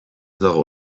dago